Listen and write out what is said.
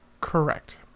Correct